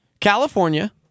California